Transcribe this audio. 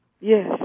Yes